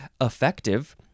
Effective